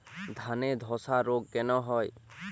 ধানে ধসা রোগ কেন হয়?